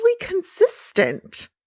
consistent